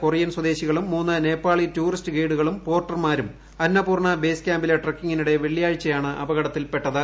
Korean സ്വദേശികളും മൂന്ന് Nepali tourist ഗൈഡുകളും പോർട്ടർമാരും അന്നപൂർണ്ണ ബേസ് ക്യാമ്പിലെ ട്രക്കിങ്ങിനിടെ വെള്ളിയാഴ്ചയാണ് അപകടത്തിൽപ്പെട്ടത്